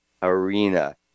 arena